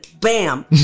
bam